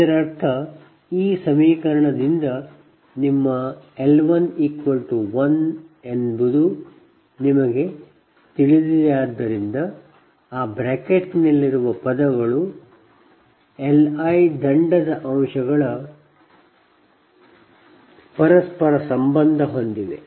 ಇದರರ್ಥ ಈ ಸಮೀಕರಣದಿಂದ ನಿಮ್ಮL11 ಎಂದು ನಿಮಗೆ ತಿಳಿದಿದೆ ಆದ್ದರಿಂದ ಬ್ರಾಕೆಟ್ನಲ್ಲಿರುವ ಪದಗಳು Li ದಂಡದ ಅಂಶಗಳ ಪರಸ್ಪರ ಸಂಬಂಧ ಹೊಂದಿವೆ